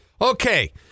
Okay